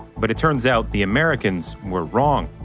but it turns out, the americans were wrong.